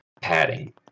padding